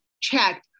check